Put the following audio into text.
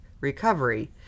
recovery